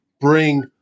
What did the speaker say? bring